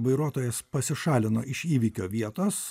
vairuotojas pasišalino iš įvykio vietos